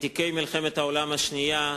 ותיקי מלחמת העולם השנייה,